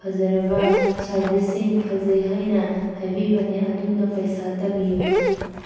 ꯐꯖꯔꯕ ꯁꯔꯚꯤꯁꯁꯤꯡ ꯐꯖꯩ ꯍꯥꯏꯅ ꯍꯥꯏꯕꯤꯕꯅꯦ ꯑꯗꯨꯅ ꯄꯩꯁꯥ ꯇꯥꯕꯤꯌꯨ